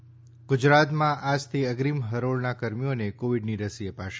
ગુજરાતમાં આજથી અગ્રીમ હરોળના કર્મીઓને કોવિડની રસી આપશે